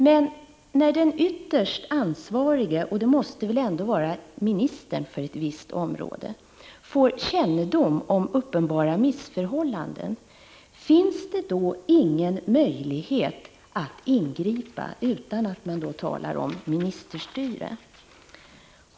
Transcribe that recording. Men när den ytterst ansvarige för ett visst område — och det måste väl ändå vara ministern — får kännedom om uppenbara missförhållanden, finns det då ingen möjlighet att ingripa utan att man börjar tala om ministerstyre?